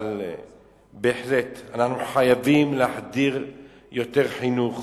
אבל בהחלט אנחנו חייבים להחדיר יותר חינוך,